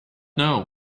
know